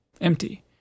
empty